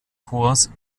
corps